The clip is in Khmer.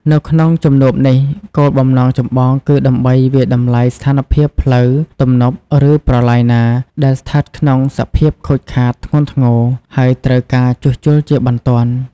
នៅក្នុងជំនួបនេះ គោលបំណងចម្បងគឺដើម្បីវាយតម្លៃស្ថានភាពផ្លូវ ទំនប់ ឬប្រឡាយណាដែលស្ថិតក្នុងសភាពខូចខាតធ្ងន់ធ្ងរ ហើយត្រូវការជួសជុលជាបន្ទាន់។